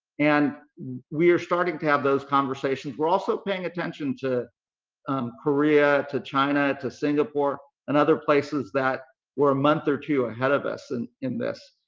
and we are starting to have those conversations. we're also paying attention to um korea, to china, to singapore and other places that were a month or two ahead of us and in this.